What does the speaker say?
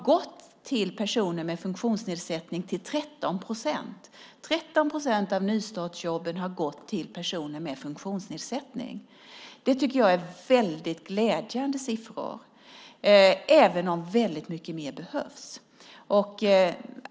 Siffrorna visar att 13 procent av nystartsjobben ändå har gått till personer med funktionsnedsättning. Det tycker jag är väldigt glädjande siffror, även om väldigt mycket mer behövs.